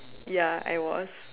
ya I was